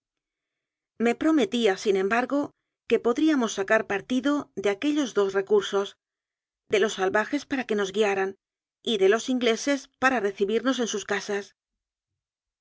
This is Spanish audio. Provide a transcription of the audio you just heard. me prometía sin embargo que podríamos sacar par tido de aquellos dos recursos de los salvajes para que nos guiaran y de los ingleses para re cibirnos en sus casas